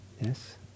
Yes